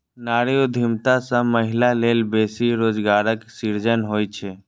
नारी उद्यमिता सं महिला लेल बेसी रोजगारक सृजन होइ छै